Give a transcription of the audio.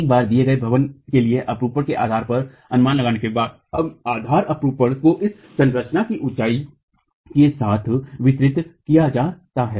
एक बार दिए गए भवन के लिए अपरूपण के आधार का अनुमान लगाने के बाद इस आधार अपरूपण को एक संरचना की ऊंचाई के साथ वितरित किया जाता है